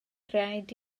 raid